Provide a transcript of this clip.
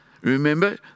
Remember